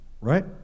right